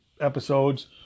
episodes